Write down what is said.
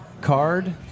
card